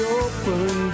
open